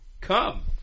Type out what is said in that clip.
come